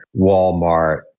Walmart